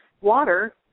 Water